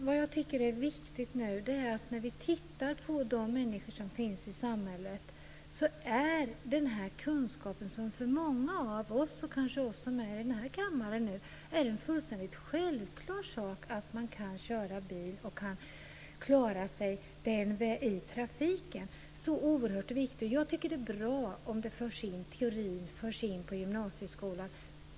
Vad jag tycker är viktigt nu, när vi tittar på de människor som finns i samhället, är att den här kunskapen - för många av oss, också för oss här i kammaren, är det ju en fullständigt självklar sak att man kan köra bil och klara sig i trafiken - är så oerhört viktig. Jag tycker att det är bra om teorin förs in på gymnasieskolan.